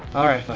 alright, fine.